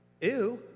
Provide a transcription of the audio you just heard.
ew